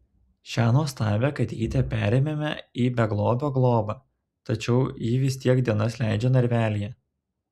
šią nuostabią katytę perėmėme į beglobio globą tačiau ji vis tiek dienas leidžia narvelyje